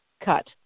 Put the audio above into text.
cut